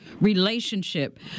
relationship